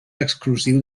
exclusiu